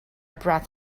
breath